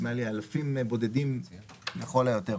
באלפים בודדים לכל היותר.